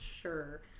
Sure